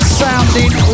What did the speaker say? sounding